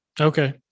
Okay